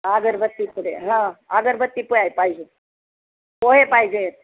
अगरबत्ती पुडे हां अगरबत्ती पोय पाहिजे पोहे पाहिजेत